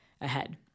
ahead